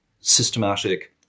systematic